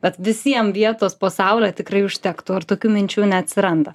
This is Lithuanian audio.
bet visiem vietos po saule tikrai užtektų ar tokių minčių neatsiranda